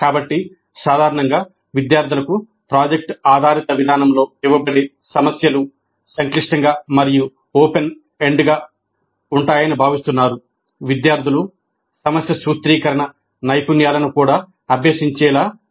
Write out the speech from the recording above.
కాబట్టి సాధారణంగా విద్యార్థులకు ప్రాజెక్ట్ ఆధారిత విధానంలో ఇవ్వబడే సమస్యలు సంక్లిష్టంగా మరియు ఓపెన్ ఎండ్గా ఉంటాయని భావిస్తున్నారు విద్యార్థులు సమస్య సూత్రీకరణ నైపుణ్యాలను కూడా అభ్యసించేలా చేస్తారు